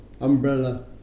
umbrella